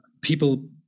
people